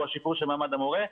הוא השיפור של מעמד המורה,